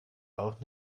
auch